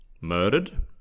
murdered